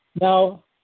Now